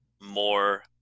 more